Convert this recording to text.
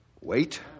Wait